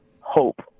hope